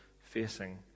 facing